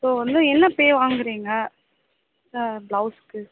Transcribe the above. so வந்து என்ன pay வாங்கறீங்க சா ப்ளௌஸ்க்கு